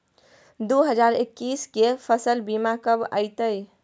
दु हजार एक्कीस के फसल बीमा कब अयतै?